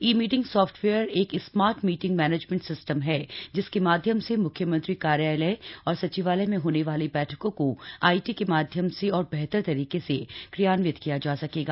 ई meeting software एक smart meeting management system है जिसके माध्यम से म्ख्यमंत्री कार्यालय और सचिवालय में होने वाली बैठकों को आईटी के माध्यम से और बेहतर तरीके से क्रियान्वित किया जा सकेगा